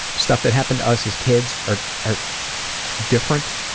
stuff that happened to us as kids are are different,